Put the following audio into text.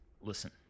listen